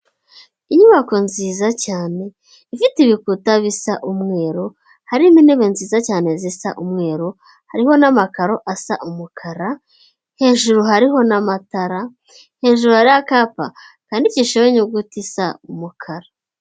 Inyubako nziza cyane, ifite ibikuta bisa umweru, harimo intebe nziza cyane zisa umweru, hariho n'amakaro asa umukara, hejuru hariho n'amatara, hejuru hariho akapa kandidikishijeho inyuguti isa umukara.